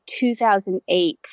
2008